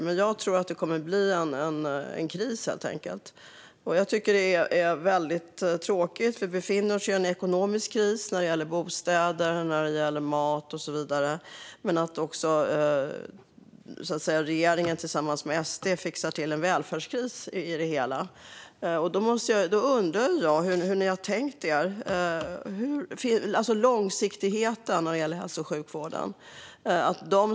Men jag tror helt enkelt att det kommer att bli en kris, och jag tycker att det är väldigt tråkigt. Vi befinner oss i en ekonomisk kris när det gäller bostäder, maten och så vidare, och nu fixar regeringen tillsammans med SD också till en välfärdskris i det hela. Därför undrar jag hur ni har tänkt er långsiktigheten i hälso och sjukvården.